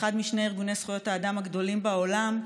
אחד משני ארגוני זכויות אדם הגדולים בעולם,